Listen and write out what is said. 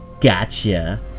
Gotcha